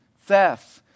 thefts